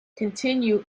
continue